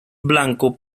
blanco